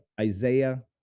Isaiah